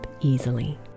easily